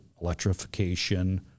electrification